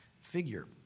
figure